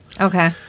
Okay